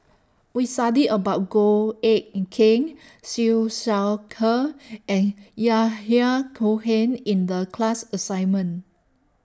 We studied about Goh Eck Kheng Siew Shaw Her and Yahya Cohen in The class assignment